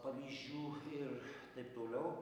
pavyzdžių ir taip toliau